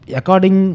according